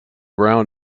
brown